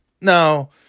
No